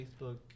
Facebook